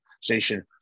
Station